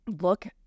look